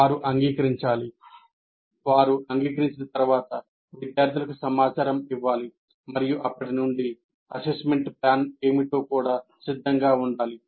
వారు అంగీకరించాలి వారు అంగీకరించిన తర్వాత విద్యార్థులకు సమాచారం ఇవ్వాలి మరియు అప్పటి నుండి అసెస్మెంట్ ప్లాన్ ఏమిటో కూడా సిద్ధంగా ఉండాలి